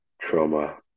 Trauma